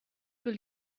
will